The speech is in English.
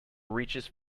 reaches